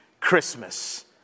Christmas